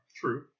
True